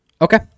Okay